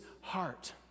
heart